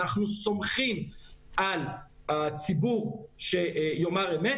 אנחנו סומכים על הציבור שיאמר את האמת